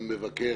גם מבקר,